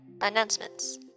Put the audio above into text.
Announcements